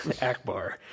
Akbar